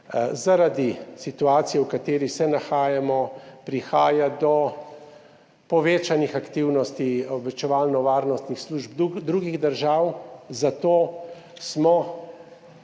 zaradi situacije, v kateri se nahajamo, prihaja do povečanih aktivnosti obveščevalno-varnostnih služb drugih držav, zato smo